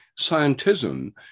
scientism